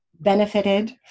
benefited